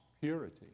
purity